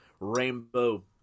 rainbow